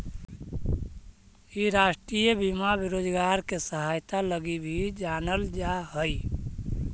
इ राष्ट्रीय बीमा बेरोजगार के सहायता लगी भी जानल जा हई